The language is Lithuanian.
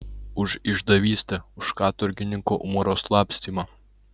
už išdavystę už katorgininko umaro slapstymą